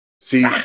See